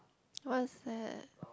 what's that